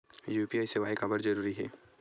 UPI सेवाएं काबर जरूरी हे?